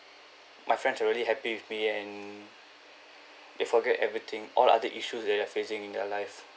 my friends are really happy with me and they forget everything all other issues they are facing in their life